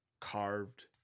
carved